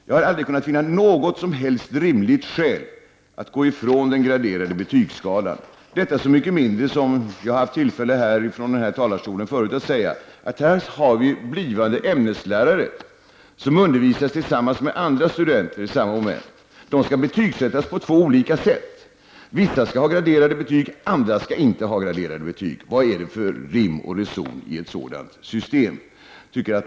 Jag har aldrig kunnat finna något som helst rimligt skäl att gå ifrån den graderade betygskalan, detta så mycket mindre som — som jag har haft tillfälle att tidigare från denna talarstol konstatera — vi här har blivande ämneslärare som undervisas tillsammans med andra studenter i samma moment, men som skall betygsättas på två olika sätt. Vissa skall ha graderade betyg, medan andra inte skall ha det. Vad är det för rim och reson i ett sådant system?